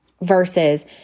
versus